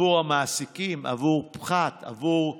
עבור המעסיקים, עבור פחת, עבור עצמאים,